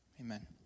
Amen